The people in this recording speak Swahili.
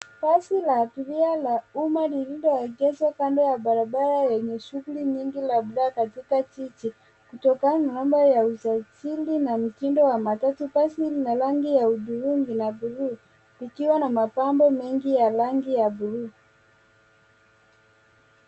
Basi la abiria la umma lililoegezwa kando ya barabara lenye shughuli nyingi labda katika jiji kutokana na mambo ya uzasindi na mtindo wa matatu. Basi hili ni ya rangi ya hudhurungi na buluu ikiwa na mapambo mengi ya rangi ya buluu.